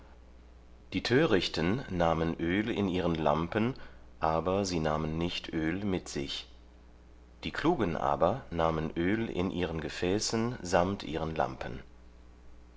die törichten nahmen öl in ihren lampen aber sie nahmen nicht öl mit sich die klugen aber nahmen öl in ihren gefäßen samt ihren lampen